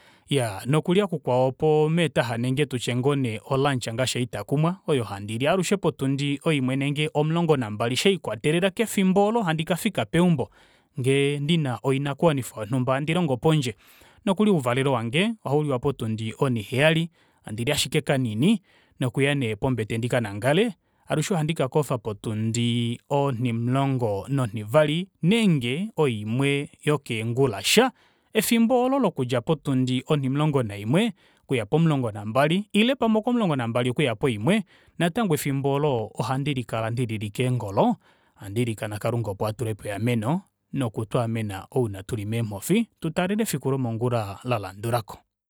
Iyaa nokulya kukwao opomeetaxa ile tutye o lunch ngaashi haitakumwa oyo handiili alushe potundi oimwe nenge omulongo nambali shelikwatelela kefimbo oolo handi kafika peumbo ngee ndina oinakuwanifwa yonumba handi longo pondje nokuli ouvalelo wange ohauliwa potundi oniheyali handili ashike kanini nokuya nee pombete ndikanangale alushe ohandi kakofa potundi onimulongo nonivali nenge poimwe yokeengulasha efimbo olo lokudja potundi onimulongo naimwe okuya pomulongo nambali ile pamwe opomulongo nambali okuya poimwe natango efimbo oolo ondili kala ndilili keengolo handiilikanga kalunga opo atulepo eameno noku twaamena ouna tuli meemofi tutaalele efiku lomongula lalandulako